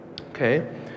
Okay